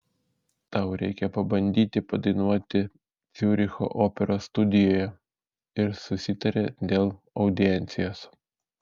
tau reikia pabandyti padainuoti ciuricho operos studijoje ir susitarė dėl audiencijos